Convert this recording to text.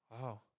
Wow